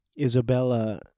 Isabella